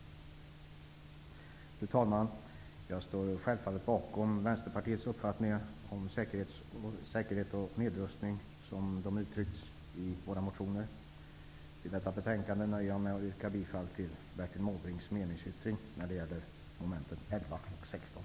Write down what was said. Fru talman! Jag står självfallet bakom Vänsterpartiets uppfattningar om säkerhet och nedrustning som de uttrycks i våra motioner. I fråga om detta betänkande nöjer jag mig med att yrka bifall till Bertil Måbrinks meningsyttring när det gäller mom. 11 och 16.